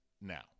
Now